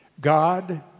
God